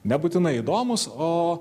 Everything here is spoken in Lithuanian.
nebūtinai įdomūs o